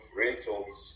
rentals